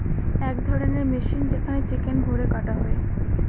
এক ধরণের মেশিন যেখানে চিকেন ভোরে কাটা হয়